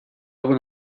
will